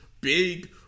Big